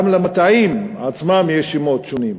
גם למטעים עצמם יש שמות שונים.